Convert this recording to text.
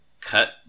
cut